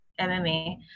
MMA